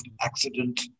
accident